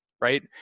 right